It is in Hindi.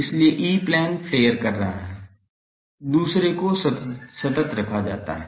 इसलिए ई प्लेन फ्लेयर कर रहा है दूसरे को सतत रखा गया है